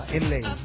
Inlay